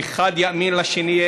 אחד יאמין לשני,